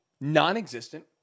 non-existent